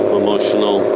emotional